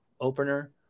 opener